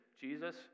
Jesus